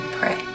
pray